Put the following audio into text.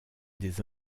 des